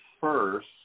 first